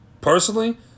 Personally